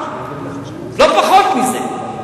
לא פחות מזה.